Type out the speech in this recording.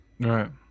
Right